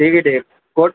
ठीक आहे ठीक आहे कोट